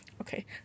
Okay